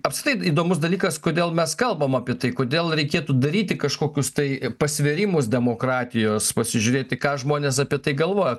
apskritai įdomus dalykas kodėl mes kalbam apie tai kodėl reikėtų daryti kažkokius tai pasvėrimus demokratijos pasižiūrėti ką žmonės apie tai galvoja